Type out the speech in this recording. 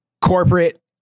corporate